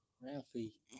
Ralphie